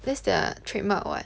this their trademark what